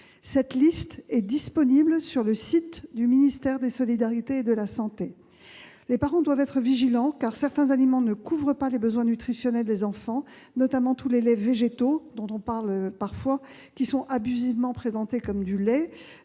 Cette liste est disponible sur le site du ministère des solidarités et de la santé. Les parents doivent être vigilants, car certains aliments ne couvrent pas les besoins nutritionnels des enfants, notamment tous les laits végétaux à base de soja, de riz ou encore d'amande, dont on parle parfois et qui sont abusivement présentés comme du lait.